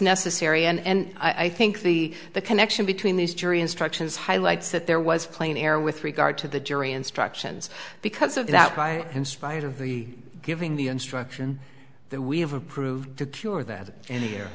necessary and i think the the connection between these jury instructions highlights that there was plain error with regard to the jury instructions because of the outcry in spite of the giving the instruction that we have approved to cure that and